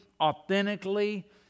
authentically